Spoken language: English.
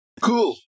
Cool